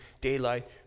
daylight